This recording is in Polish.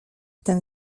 ten